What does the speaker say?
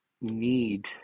need